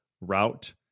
route